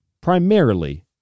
primarily